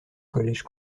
college